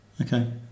Okay